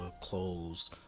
clothes